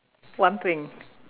one thing